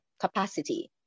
capacity